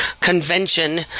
Convention